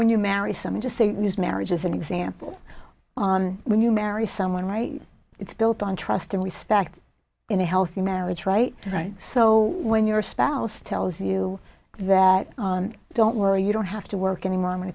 when you marry someone just say marriage as an example when you marry someone right it's built on trust and respect in a healthy marriage right right so when your spouse tells you that don't worry you don't have to work anymore i'm going